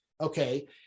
Okay